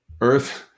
Earth